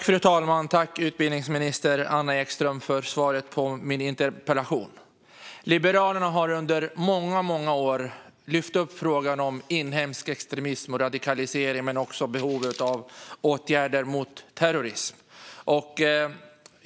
Fru talman! Tack, utbildningsminister Anna Ekström, för svaret på min interpellation! Liberalerna har under många år lyft upp frågan om inhemsk extremism och radikalisering samt behovet av åtgärder mot terrorism.